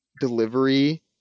delivery